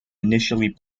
initially